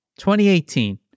2018